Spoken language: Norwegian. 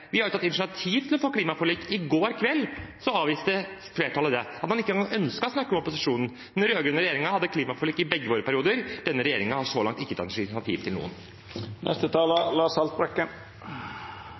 Vi har tatt initiativ til et klimaforlik. I går kveld avviste flertallet det. Man ønsket ikke engang å snakke med opposisjonen. Den rød-grønne regjeringen hadde klimapolitikk i begge periodene. Denne regjeringen har så langt ikke tatt initiativ til noen.